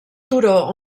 turó